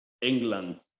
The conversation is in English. England